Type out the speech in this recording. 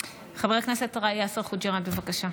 חוג'יראת, בבקשה.